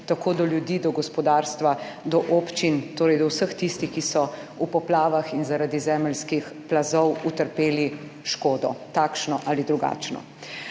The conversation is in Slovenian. tako do ljudi, do gospodarstva, do občin, torej do vseh tistih, ki so v poplavah in zaradi zemeljskih plazov utrpeli škodo - takšno ali drugačno.